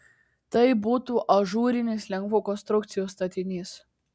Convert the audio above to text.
tai būtų ažūrinis lengvų konstrukcijų statinys